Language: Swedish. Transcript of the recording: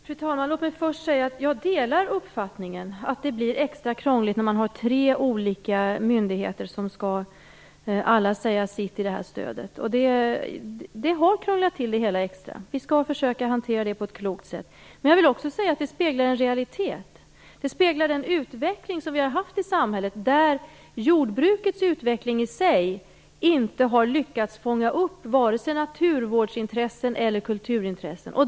Fru talman! Låt mig först säga att jag delar uppfattningen att det blir extra krångligt när tre olika myndigheter skall alla säga sitt i stödet. Det har krånglat till det hela extra. Vi skall försöka hantera det på ett klokt sätt. Men det speglar också en realitet, en utveckling som vi haft i samhället där jordbrukets utveckling i sig inte lyckats fånga upp vare sig naturvårdsintressen eller kulturintressen.